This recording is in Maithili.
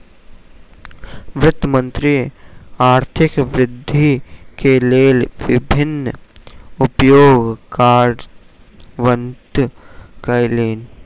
वित्त मंत्री आर्थिक वृद्धि के लेल विभिन्न उपाय कार्यान्वित कयलैन